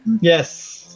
Yes